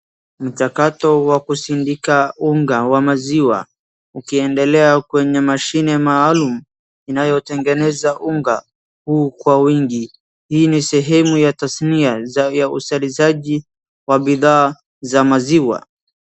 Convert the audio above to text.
Mtakato wa kusindika unga wa maziwa, ukiendelea kwenye mashine maalum inayotengeneza unga huu kwa wingi, hii ni sehemu ya tasmia ya uzalishaji wa bidhaa za maziwa.